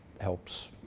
helps